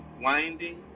winding